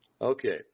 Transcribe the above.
Okay